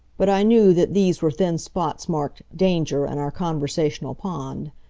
but i knew that these were thin spots marked danger! in our conversational pond.